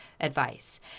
advice